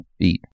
eat